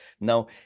Now